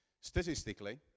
Statistically